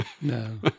No